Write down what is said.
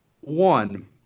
one